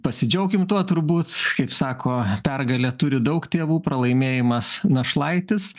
pasidžiaukim tuo turbūt kaip sako pergalė turi daug tėvų pralaimėjimas našlaitis